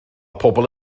pobol